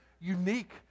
unique